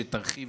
מה שירחיב